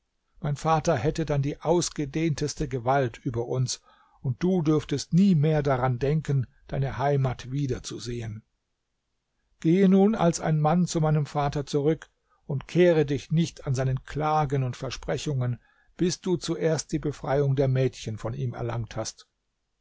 mein vater hätte dann die ausgedehnteste gewalt über uns und du dürftest nie mehr daran denken deine heimat wiederzusehen gehe nun als ein mann zu meinem vater zurück und kehre dich nicht an seine klagen und versprechungen bis du zuerst die befreiung der mädchen von ihm erlangt hast